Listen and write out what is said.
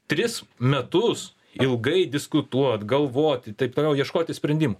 tris metus ilgai diskutuot galvoti taip toliau ieškoti sprendimų